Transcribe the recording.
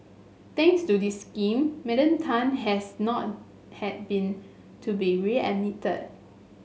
thanks to this scheme Madam Tan has not had been to be readmitted